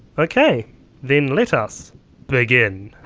ok then let us begin.